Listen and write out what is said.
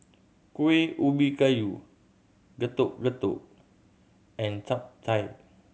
Kuih Ubi Kayu Getuk Getuk and Chap Chai